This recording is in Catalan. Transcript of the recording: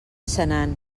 senan